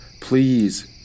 please